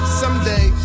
someday